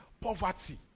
poverty